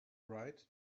right